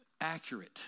accurate